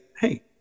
hey